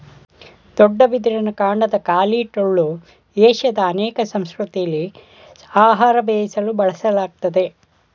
ದೊಡ್ಡ ಬಿದಿರಿನ ಕಾಂಡದ ಖಾಲಿ ಟೊಳ್ಳು ಏಷ್ಯಾದ ಅನೇಕ ಸಂಸ್ಕೃತಿಲಿ ಆಹಾರ ಬೇಯಿಸಲು ಬಳಸಲಾಗ್ತದೆ